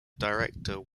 director